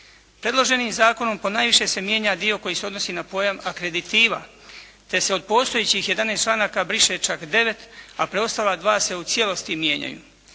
Predloženim zakonom ponajviše se mijenja dio koji se odnosi na pojam akreditiva te se od postojećih 11 članaka briše čak 9, a preostala dva se u cijelosti mijenjaju.